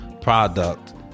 product